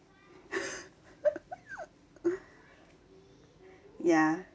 ya